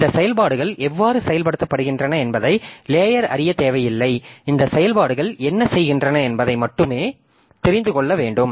இந்த செயல்பாடுகள் எவ்வாறு செயல்படுத்தப்படுகின்றன என்பதை லேயர் அறிய தேவையில்லை இந்த செயல்பாடுகள் என்ன செய்கின்றன என்பதை மட்டுமே தெரிந்து கொள்ள வேண்டும்